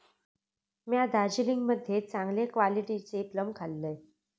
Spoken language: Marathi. म्या दार्जिलिंग मध्ये चांगले क्वालिटीचे प्लम खाल्लंय